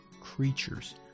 creatures